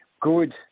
good